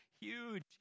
huge